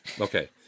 Okay